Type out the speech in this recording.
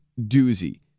doozy